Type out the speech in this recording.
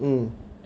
mm